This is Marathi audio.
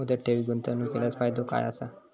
मुदत ठेवीत गुंतवणूक केल्यास फायदो काय आसा?